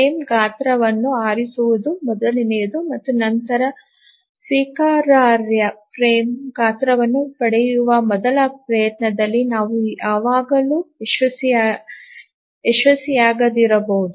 frame ಗಾತ್ರವನ್ನು ಆರಿಸುವುದು ಮೊದಲನೆಯದು ಮತ್ತು ನಂತರ ಸ್ವೀಕಾರಾರ್ಹ ಫ್ರೇಮ್ ಗಾತ್ರವನ್ನು ಪಡೆಯುವ ಮೊದಲ ಪ್ರಯತ್ನದಲ್ಲಿ ನಾವು ಯಾವಾಗಲೂ ಯಶಸ್ವಿಯಾಗದಿರಬಹುದು